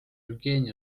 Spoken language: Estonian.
jevgeni